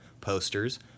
posters